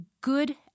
good